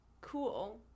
cool